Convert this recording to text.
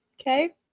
Okay